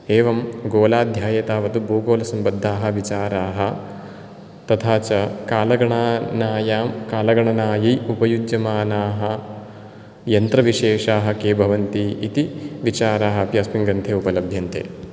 एवं गोलाध्याये तावत् भूगोलसम्बद्धाः विचाराः तथा च कालगणानायां कालगणनायै उपयुज्यमानाः यन्त्रविशेषाः के भवन्ति इति विचाराः अपि अस्मिन् ग्रन्थे उपलभ्यन्ते